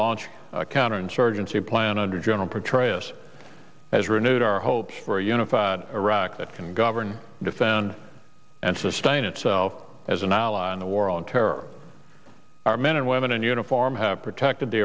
launch a counterinsurgency plan under general petraeus has renewed our hopes for a unified iraq that can govern defend and sustain itself as an ally in the war on terror our men and women in uniform have protected the